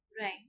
Right